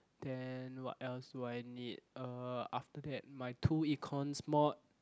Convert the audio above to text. then what else do I need uh after that my two Econs mod